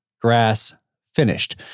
grass-finished